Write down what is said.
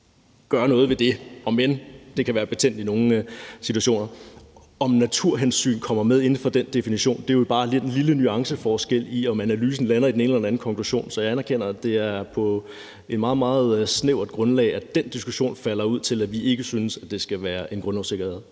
gøres noget ved det, om end det kan være betændt i nogle situationer. Om naturhensyn kommer med inden for den definition er jo bare en lille nuanceforskel, i forhold til om analysen lander i den ene eller den anden konklusion, så jeg anerkender, at det er på et meget, meget snævert grundlag, at den diskussion falder ud til, at vi ikke synes, det skal være en grundlovssikret